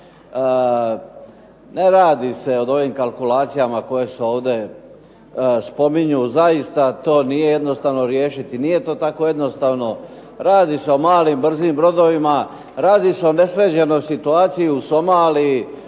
Ne radi se o ovim kalkulacijama koje se ovdje spominju. Zaista to nije jednostavno riješiti, nije to tako jednostavno. Radi se o malim brzim brodovima, radi se o nesređenoj situaciji u Somaliji